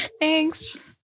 Thanks